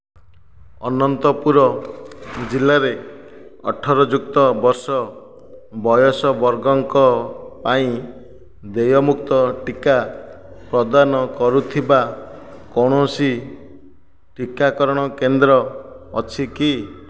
ଅନନ୍ତପୁର ଜିଲ୍ଲାରେ ଅଠର ଯୁକ୍ତ ବର୍ଷ ବୟସ ବର୍ଗଙ୍କ ପାଇଁ ଦେୟମୁକ୍ତ ଟିକା ପ୍ରଦାନ କରୁଥିବା କୌଣସି ଟିକାକରଣ କେନ୍ଦ୍ର ଅଛି କି